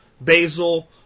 basil